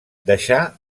deixà